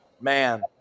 man